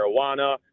marijuana